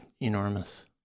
enormous